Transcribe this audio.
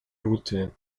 route